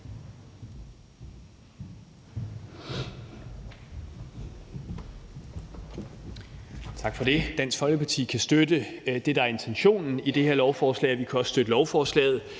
Tak for det. Dansk Folkeparti kan støtte intentionen i det her lovforslag, og vi kan også støtte lovforslaget.